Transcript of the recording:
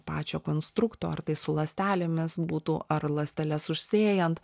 pačio konstrukto ar tai su ląstelėmis būtų ar ląsteles užsėjant